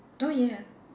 oh ya